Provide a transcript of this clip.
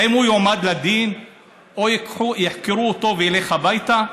האם הוא יועמד לדין או יחקרו אותו וילך הביתה?